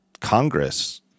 Congress